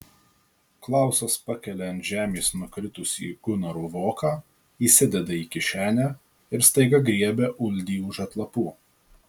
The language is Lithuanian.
klausas pakelia ant žemės nukritusį gunaro voką įsideda į kišenę ir staiga griebia uldį už atlapų